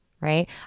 Right